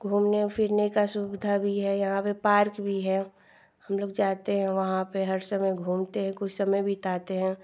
घूमने फिरने की सुविधा भी है यहाँ पर पार्क भी है हमलोग जाते हैं वहाँ पर हर समय घूमते हैं कुछ समय बिताते हैं